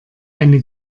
eine